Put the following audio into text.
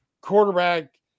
quarterback